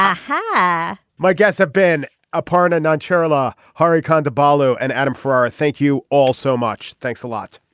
ah hi. my guests have been a partner not charla hari kondabolu and adam for our thank you all so much. thanks a lot